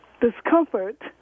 discomfort